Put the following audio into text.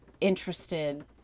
interested